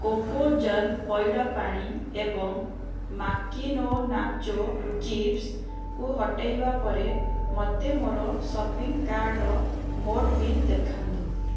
କୋକୋଜଲ୍ ପଇଡ଼ ପାଣି ଏବଂ ମାକିନୋ ନାଚୋ ଚିପ୍ସକୁ ହଟାଇବା ପରେ ମୋତେ ମୋର ସପିଂ କାର୍ଟ୍ର ମୋଟ୍ ବିଲ୍ ଦେଖାନ୍ତୁ